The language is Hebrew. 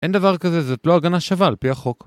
אין דבר כזה, זאת לא הגנה שווה על פי החוק